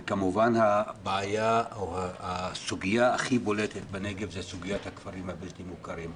וכמובן הבעיה או הסוגיה הכי בולטת בנגב זו סוגיית הכפרים הבלתי מוכרים.